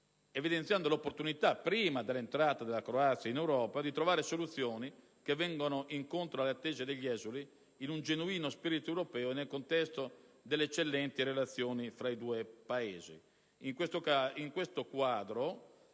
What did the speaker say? evidenziando l'opportunità, prima dell'entrata della Croazia in Europa, di trovare soluzioni che vadano incontro alle attese degli esuli in un genuino spirito europeo e nel contesto delle eccellenti relazioni tra i due Paesi.